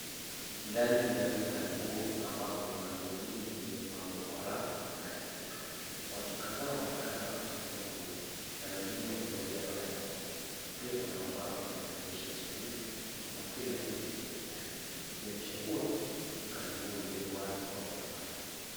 Ndani ya duka la nguo ambapo kuna nguo nyingi zilizopangwa kwa rafu na stendi. Watu kadhaa wanaonekana wakichagua nguo na wengine wamevalia barakoa pia kuna mabango yenye maandishi ya kiswahili kama kila kitu na bei yake ikionyesha kuwa duka la nguo lililo wazi kwa umma.